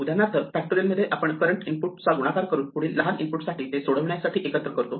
उदाहरणार्थ फॅक्टोरिअलमध्ये आपण करंट इनपुटचा गुणाकार करून पुढील लहान इनपुटसाठी ते सोडवण्यासाठी एकत्र करतो